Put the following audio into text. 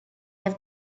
have